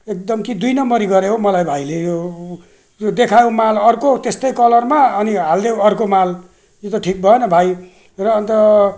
एकदम कि दुई नम्बरी गरे हौ भाइले यो देखायौ माल अर्को त्यस्तै कलरमा अनि हालिदेऊ अर्को माल यो त ठिक भएन भाइ र अन्त